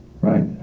right